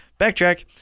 Backtrack